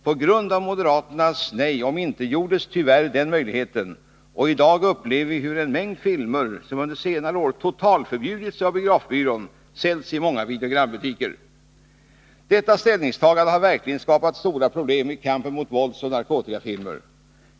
På grund av moderaternas nej omintetgjordes tyvärr den möjligheten, och i dag upplever vi hur en mängd filmer som under senare år har totalförbjudits av biografbyrån säljs i många videogrambutiker. Detta ställningstagande har verkligen skapat stora problem i kampen mot våldsoch narkotikafilmer.